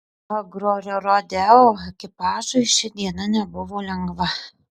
agrorodeo ekipažui ši diena nebuvo lengva